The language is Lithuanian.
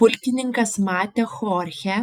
pulkininkas matė chorchę